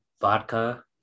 vodka